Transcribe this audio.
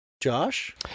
Josh